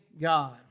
God